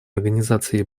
организации